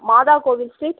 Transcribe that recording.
மாதா கோவில் ஸ்ட்ரீட்